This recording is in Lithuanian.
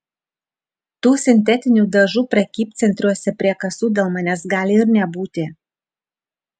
tų sintetinių dažų prekybcentriuose prie kasų dėl manęs gali ir nebūti